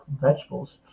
vegetables